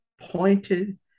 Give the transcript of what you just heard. pointed